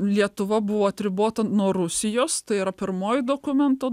lietuva buvo atribota nuo rusijos tai yra pirmoji dokumento